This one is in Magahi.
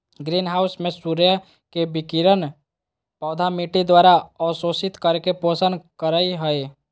ग्रीन हाउस में सूर्य के विकिरण पौधा मिट्टी द्वारा अवशोषित करके पोषण करई हई